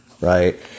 right